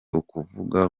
ukuvuga